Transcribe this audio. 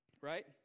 right